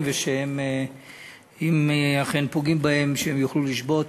ושאם אכן פוגעים בהם הם יוכלו לשבות.